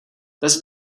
test